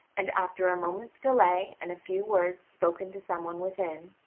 and after a moment's delay and a few words spoken to some one within,